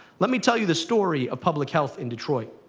let me tell you the story of public health in detroit.